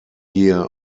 year